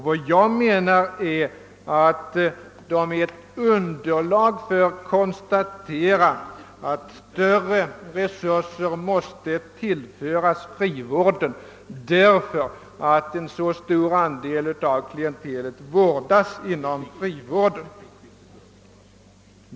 Vad jag menar är att siffrorna utgör ett underlag för att konstatera, att större resurser måste tillföras frivården därför att en så stor andel av klientelet vårdas inom frivården.